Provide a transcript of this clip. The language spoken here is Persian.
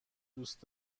دوست